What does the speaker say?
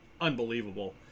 unbelievable